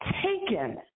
taken